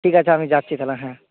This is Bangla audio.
ঠিক আছে আমি যাচ্ছি তাহলে হ্যাঁ